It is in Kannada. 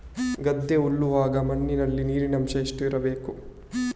ಗದ್ದೆ ಉಳುವಾಗ ಮಣ್ಣಿನಲ್ಲಿ ನೀರಿನ ಅಂಶ ಎಷ್ಟು ಇರಬೇಕು?